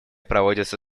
проводится